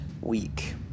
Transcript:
week